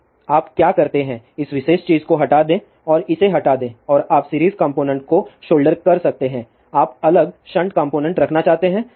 तो आप क्या करते हैं इस विशेष चीज को हटा दें और इसे हटा दें और आप सीरीज कॉम्पोनेन्ट को शोल्डर कर सकते हैं आप अलग शंट कॉम्पोनेन्ट रखना चाहते हैं